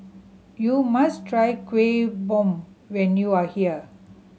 you must try Kuih Bom when you are here